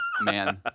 Man